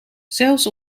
zelfs